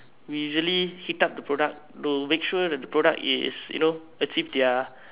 we usually heat up the product to make sure that the product is you know achieve their